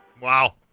Wow